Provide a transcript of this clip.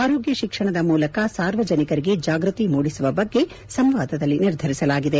ಆರೋಗ್ಯ ಶಿಕ್ಷಣದ ಮೂಲಕ ಸಾರ್ವಜನಿಕರಿಗೆ ಜಾಗೃತಿ ಮೂಡಿಸುವ ಬಗ್ಗೆ ಸಂವಾದದಲ್ಲಿ ನಿರ್ಧರಿಸಲಾಗಿದೆ